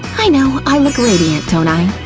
i know, i look radiant, don't i?